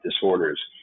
disorders